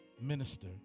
minister